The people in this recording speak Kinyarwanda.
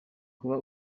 uba